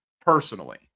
personally